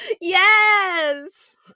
Yes